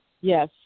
Yes